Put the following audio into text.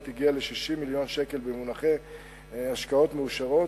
הגיע ל-60 מיליון שקל במונחי השקעות מאושרות.